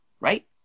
right